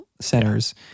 centers